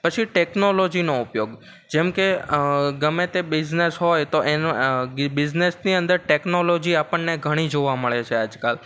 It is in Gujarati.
પછી ટેકનોલોજીનો ઉપયોગ જેમકે ગમે તે બિઝનસ હોય તો એનો બિઝનેસની અંદર ટેકનોલોજી એ આપણને ઘણી જોવા મળે છે આજકાલ